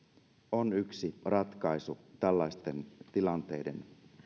on yksi ratkaisu tällaisten tilanteiden